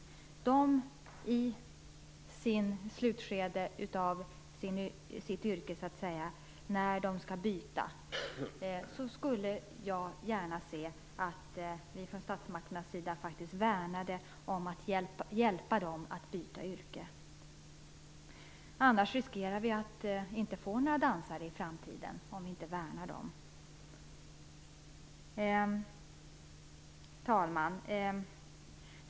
När de i slutskedet av sitt yrkesliv skall byta yrke skulle jag gärna se att vi från statsmakternas sida faktiskt värnade om att hjälpa dem att byta. Annars riskerar vi att inte få några dansare i framtiden. Herr talman!